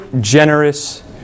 Generous